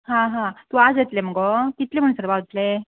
हा हा तूं आज येतलें मुगो कितले म्हणसर पावतलें